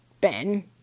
Ben